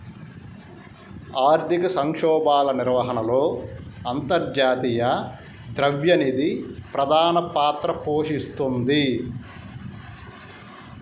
ఆర్థిక సంక్షోభాల నిర్వహణలో అంతర్జాతీయ ద్రవ్య నిధి ప్రధాన పాత్ర పోషిస్తోంది